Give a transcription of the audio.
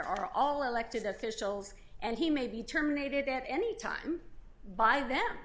are all elected officials and he may be terminated at any time by the